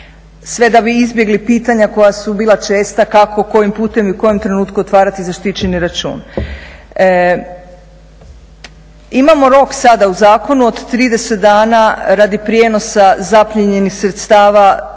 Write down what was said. sve da bi izbjegli pitanja koja su bila česta kako, kojim putem i u kojem trenutku otvarati zaštićeni račun. Imamo rok sada u zakonu od 30 dana radi prijenosa zaplijenjenih sredstava